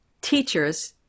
teachers